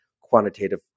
quantitative